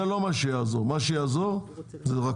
זה לא מה שיעזור, מה שיעזור זה רכבות.